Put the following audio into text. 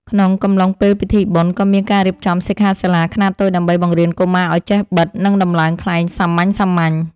ក្នុងកំឡុងពេលពិធីបុណ្យ ក៏មានការរៀបចំសិក្ខាសាលាខ្នាតតូចដើម្បីបង្រៀនកុមារឱ្យចេះបិត និងដំឡើងខ្លែងសាមញ្ញៗ។